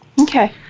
Okay